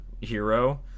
hero